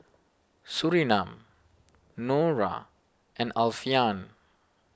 Surinam Nura and Alfian